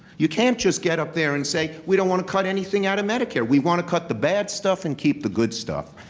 you can't just get up there and say, we don't want to cut anything out of medicare. we want to cut the bad stuff and keep the good stuff.